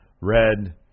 red